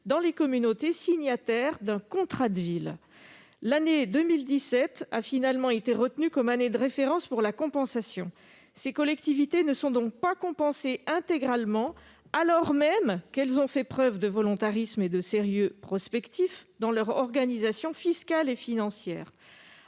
dans les communautés signataires d'un contrat de ville. L'année 2017 a finalement été retenue comme année de référence pour la compensation. Ces collectivités ne sont donc pas compensées intégralement alors même qu'elles ont fait preuve de volontarisme et de sérieux prospectif dans leur organisation financière